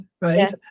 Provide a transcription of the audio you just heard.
right